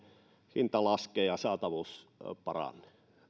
hinta laskee ja saatavuus paranee